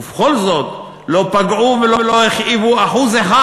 ובכל זאת הם לא פגעו ולא הכאיבו אחוז אחד